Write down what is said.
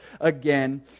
again